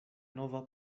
nova